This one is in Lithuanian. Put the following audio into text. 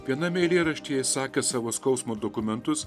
viename eilėraštyje ji sakė savo skausmu dokumentus